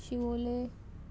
Siolim